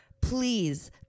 please